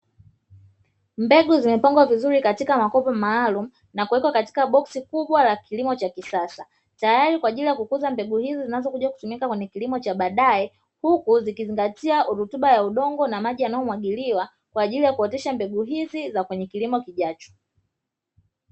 Mbegu zihupangwa vizuri katika makopo maalumu na kuwekwa katika boksi kubwa la kilimo cha kisasa, tayari kwa ajili ya kukuza mbegu hizo zinazotumika kwenye kilimo cha baadae, huku zikizingatia rutuba ya udongo na maji yanayomwagiliwa kwaajili ya kuotesha mbegu hizi za kwenye kilimo kijacho.